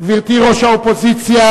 גברתי ראש האופוזיציה,